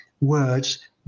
words